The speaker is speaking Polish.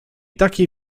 takiej